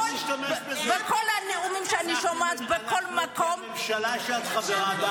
בכל הנאומים שאני שומעת בכל מקום --- אנחנו נמשיך להשתמש בזה,